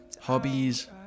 hobbies